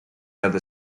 other